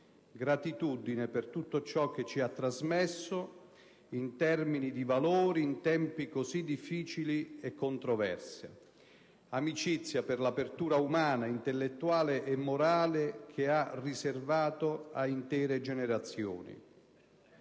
gratitudine per tutto ciò che ci ha trasmesso in termini di valori in tempi cosi difficili e controversi; amicizia per l'apertura umana, intellettuale e morale che ha riservato ad intere generazioni.